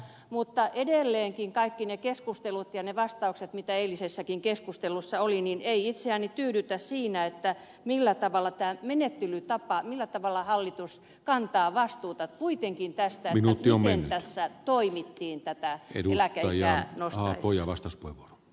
mutta edelleenkään kaikki ne keskustelut ja ne vastaukset mitä eilisessäkin keskustelussa oli eivät itseäni tyydytä siinä millainen oli tämä menettelytapa ja millä tavalla hallitus kuitenkin tästä kantaa vastuuta että miten tässä toimittiin tätä eläkeikää nostettaessa